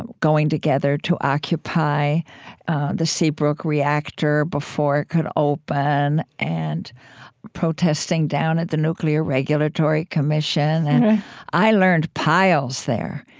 and going together to occupy the seabrook reactor before it could open and protesting down at the nuclear regulatory commission i learned piles there.